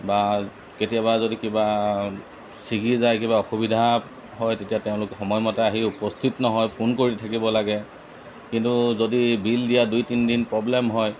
বা কেতিয়াবা যদি কিবা ছিগি যায় কিবা অসুবিধা হয় তেতিয়া তেওঁলোক সময়মতে আহি উপস্থিত নহয় ফোন কৰি থাকিব লাগে কিন্তু যদি বিল দিয়া দুই তিনিদিন প্ৰব্লেম হয়